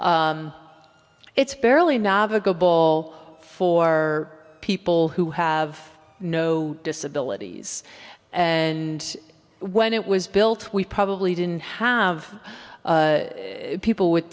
it's barely navigable for people who have no disabilities and when it was built we probably didn't have people with